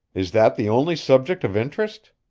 is that the only subject of interest?